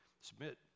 submit